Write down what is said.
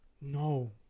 No